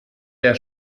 der